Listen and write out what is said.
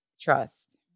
trust